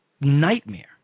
nightmare